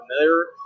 familiar